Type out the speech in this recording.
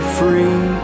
free